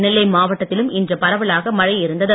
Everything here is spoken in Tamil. நெல்லை மாவட்டத்திலும் இன்று பரவலாக மழை இருந்தது